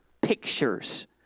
pictures